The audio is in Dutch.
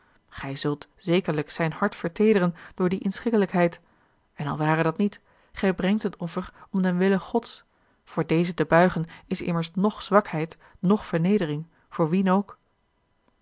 gij zult zekerlijk zijn hart verteederen door die inschikkelijkheid en al ware dat niet gij brengt het offer om den wille gods voor dezen te buigen is immers noch zwakheid noch vernedering voor wien ook